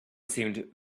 seemed